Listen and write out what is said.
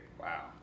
Wow